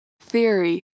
theory